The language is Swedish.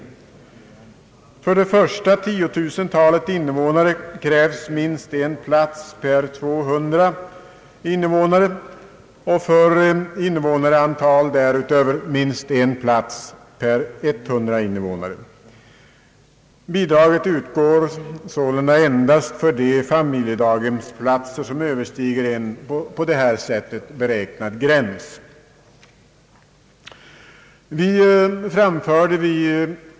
För det första tiotusentalet invånare krävs minst en plats per 200 invånare och för invånarantal därutöver minst en plats per 100 invånare. Bidraget utgår sålunda endast för de familjedaghemsplatser som överstiger en på detta sätt beräknad gräns.